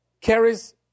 carries